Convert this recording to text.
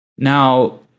Now